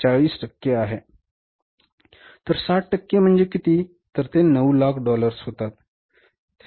तर 60 टक्के म्हणजे किती तर ते 900000 डॉलर्स होतात